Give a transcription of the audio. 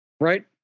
right